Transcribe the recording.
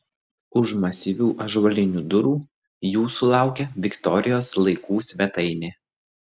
už masyvių ąžuolinių durų jūsų laukia viktorijos laikų svetainė